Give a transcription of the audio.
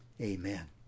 Amen